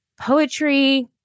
poetry